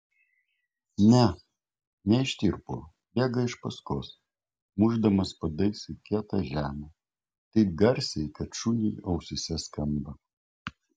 ne neištirpo bėga iš paskos mušdamas padais į kietą žemę taip garsiai kad šuniui ausyse skamba